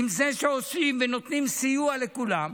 עם זה שעושים ונותנים סיוע לכולם,